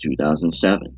2007